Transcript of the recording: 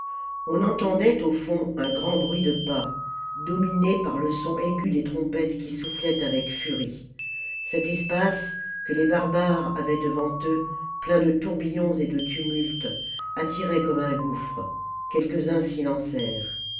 on entendait au fond un grand bruit de pas dominé par le son aigu des trompettes qui soufflaient avec furie cet espace que les barbares avaient devant eux plein de tourbillons et de tumulte attirait comme un gouffre quelques-uns s'y